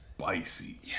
spicy